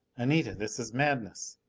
anita, this is madness!